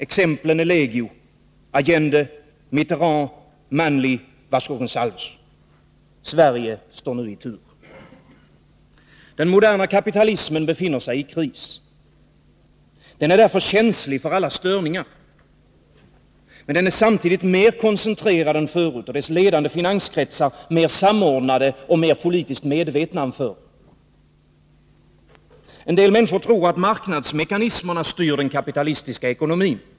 Exemplen är legio — Allende, Mitterrand, Manley och Vasco Gongalves. Sverige står nu i tur. Den moderna kapitalismen befinner sig i kris. Den är därför känslig för alla störningar. Men den är samtidigt mer koncentrerad än förut och dess ledande finanskretsar mer samordnade och mer politiskt medvetna än förr. En del människor tror att marknadsmekanismerna styr den kapitalistiska ekonomin.